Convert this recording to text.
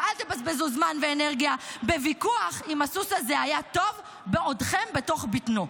ואל תבזבזו זמן ואנרגיה בוויכוח אם הסוס הזה היה טוב בעודכם בתוך בטנו.